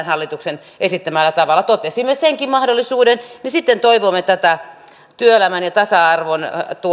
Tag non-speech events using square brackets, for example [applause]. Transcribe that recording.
[unintelligible] hallituksen esittämällä tavalla totesimme senkin mahdollisuuden niin sitten toivomme tätä työelämän ja tasa arvon